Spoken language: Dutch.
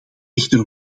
echter